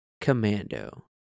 commando